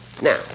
Now